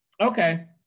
okay